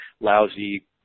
lousy